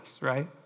right